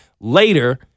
later